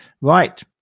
right